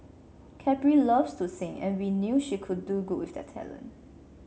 Capri loves to sing and we knew she could do good with that talent